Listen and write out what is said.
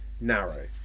narrow